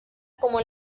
como